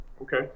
Okay